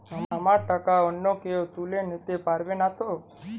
আমার টাকা অন্য কেউ তুলে নিতে পারবে নাতো?